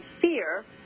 fear